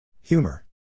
Humor